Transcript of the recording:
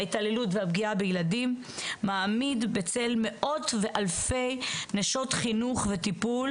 ההתעללות והפגיעה בילדים מעמיד בצל מאות ואלפי נשות חינוך וטיפול,